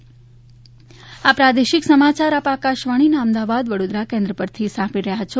corona સંદેશ આ પ્રાદેશિક સમાચાર આપ આકશવાણીના અમદાવાદ વડોદરા કેન્દ્ર પરથી સાંભળી રહ્યા છે